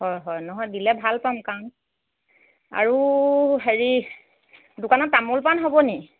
হয় হয় নহয় দিলে ভাল পাম কাৰণ আৰু হেৰি দোকানত তামোল পাণ হ'ব নেকি